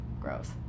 Gross